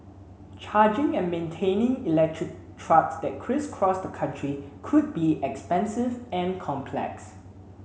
charging and maintaining electric trucks that crisscross the country could be expensive and complex